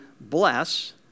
bless